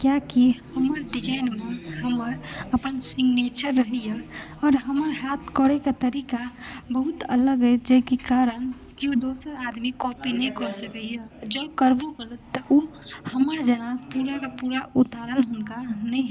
कियाकि हमर डिजाइन मे हमर अपन सिग्नेचर रहैया आ हमर करैके तरीका बहुत अलग अछि जहिके कारण केओ दोसर आदमी कॉपी नहि कऽ सकैया जँ करबो करत तऽ ओ हमर जेना पुराके पुरा उतारल हुनका नहि हेतनि